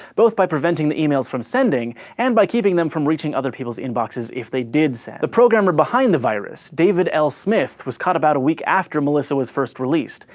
both by preventing the emails from sending, and by keeping them from reaching other people's inboxes if they did send. the programmer behind the virus, david l. smith, was caught about a week after melissa was first released.